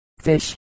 fish